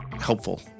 helpful